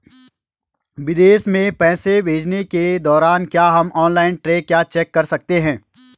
विदेश में पैसे भेजने के दौरान क्या हम ऑनलाइन ट्रैक या चेक कर सकते हैं?